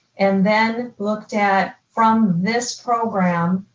and then looked at from this program,